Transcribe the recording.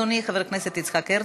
אדוני חבר הכנסת יצחק הרצוג,